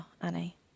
Annie